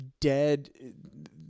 dead